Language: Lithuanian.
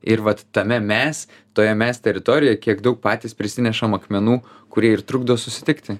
ir vat tame mes toje mes teritorijoj kiek daug patys prisinešam akmenų kurie ir trukdo susitikti